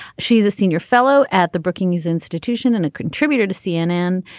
she's a senior fellow at the brookings institution and a contributor to cnn.